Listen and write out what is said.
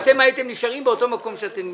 והייתם נשארים באותו מקום שאתם נמצאים.